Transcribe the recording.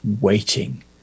waiting